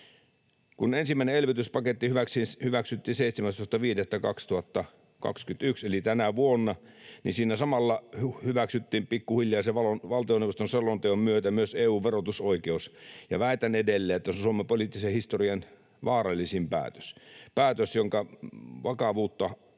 Kun ensimmäinen elvytyspaketti hyväksyttiin 17.5.2021 eli tänä vuonna, niin siinä samalla hyväksyttiin pikkuhiljaa sen valtioneuvoston selonteon myötä myös EU:n verotusoikeus. Ja väitän edelleen, että se on Suomen poliittisen historian vaarallisin päätös — päätös, jonka vakavuutta emme